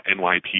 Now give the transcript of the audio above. NYPD